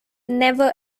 never